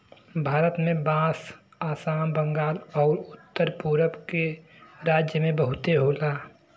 भारत में बांस आसाम, बंगाल आउर उत्तर पुरब के राज्य में बहुते होला